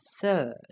THIRD